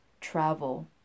travel